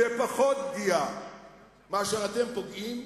בפחות פגיעה מאשר אתם פוגעים,